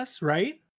right